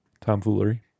Tomfoolery